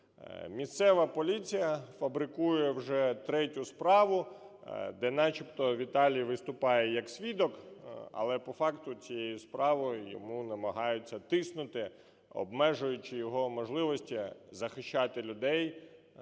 місцева поліція фабрикує вже третю справу, де начебто Віталій виступає як свідок, але по факту цією справою йому намагаються тиснути, обмежуючи його можливості захищати людей,